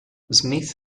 smith